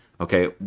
Okay